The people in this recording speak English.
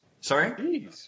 Sorry